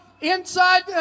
inside